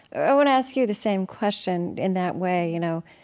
i want to ask you the same question in that way, you know,